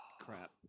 Crap